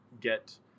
get